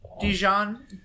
Dijon